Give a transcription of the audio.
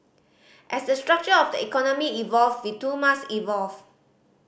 as the structure of the economy evolve we too must evolve